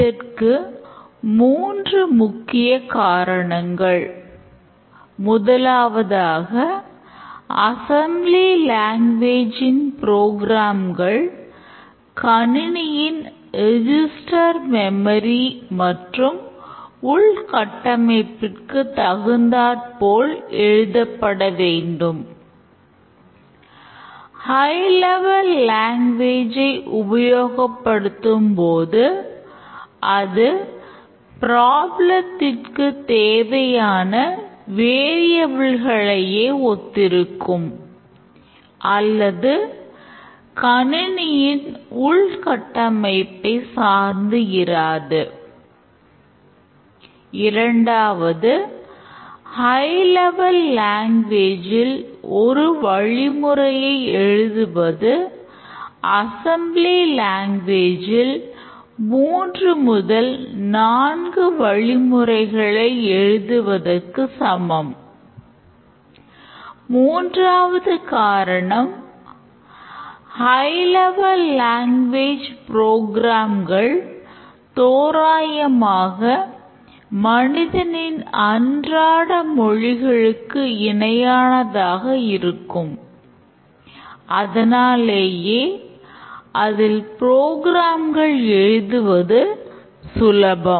இதற்கு மூன்று முக்கியக் காரணங்கள் முதலாவதாக அசம்பிளி லாங்குவேஜ் எழுதுவது சுலபம்